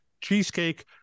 Cheesecake